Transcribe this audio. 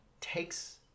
takes